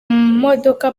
modoka